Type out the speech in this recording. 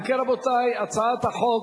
אם כן, רבותי, הצעת החוק